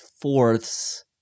fourths